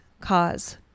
cause